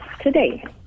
today